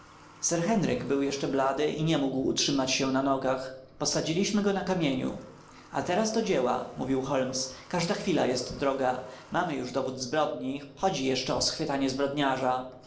sir henryk był jeszcze blady i nie mógł utrzymać się na nogach posadziliśmy go na kamieniu a teraz do dzieła mówił holmes każda chwila jest droga mamy już dowód zbrodni chodzi jeszcze o schwytanie zbrodniarza